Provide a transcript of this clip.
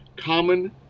Common